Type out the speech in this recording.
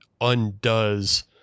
undoes